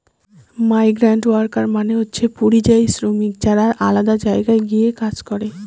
migrant worker মানে হচ্ছে পরিযায়ী শ্রমিক যারা আলাদা জায়গায় গিয়ে কাজ করে